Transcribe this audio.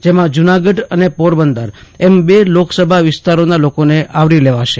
જેમાં જૂનાગઢ અને પોરબંદર એમ બે લોકસભા વિસ્તારોના લોકોને આવરી લેવાશે